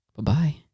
Bye-bye